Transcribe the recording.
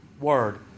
word